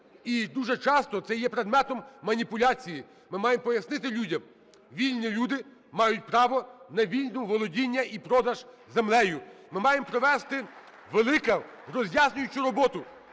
І дуже часто це є предметом маніпуляції. Ми маємо пояснити людям. Вільні люди мають право на вільне володіння і продаж землі. Ми маємо провести велику роз'яснюючи роботу,